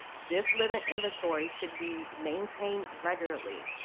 this living inventory should be maintained regularly,